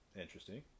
Interesting